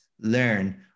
learn